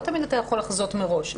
לא תמיד אתה יכול לחזות מראש.